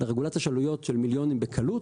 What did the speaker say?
לרגולציה יש עלויות של מיליונים בקלות.